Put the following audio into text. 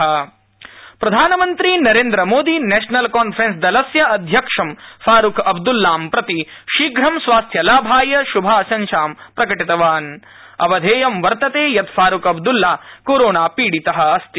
प्रधानमन्त्री प्रधानमन्त्री नरेन्द्रमोदी नरेशनलकांफ्रेंस दलस्य अध्यक्षं फारूख अब्दुल्लां प्रति शीघ्रं स्वास्थ्याभाय स्वश्भाशंसा प्रकटितवान अवधेयं वर्तते यत फारूख अब्दुल्ला कोरोना पीडित अस्ति